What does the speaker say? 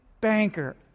banker